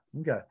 okay